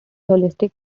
holistic